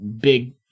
big